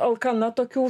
alkana tokių